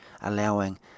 allowing